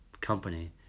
company